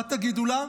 מה תגידו לה?